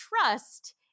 trust